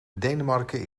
denemarken